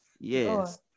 yes